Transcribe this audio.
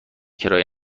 کرایه